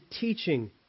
teaching